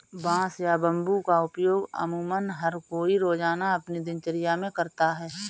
बांस या बम्बू का उपयोग अमुमन हर कोई रोज़ाना अपनी दिनचर्या मे करता है